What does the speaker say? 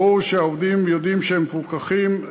ברור שהעובדים יודעים שהם מפוקחים,